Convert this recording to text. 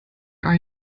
are